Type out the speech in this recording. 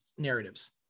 narratives